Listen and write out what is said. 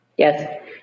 Yes